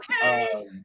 Okay